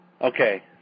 Okay